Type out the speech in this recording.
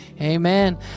Amen